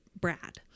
Brad